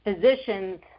physicians